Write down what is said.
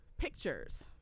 pictures